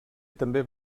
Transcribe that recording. també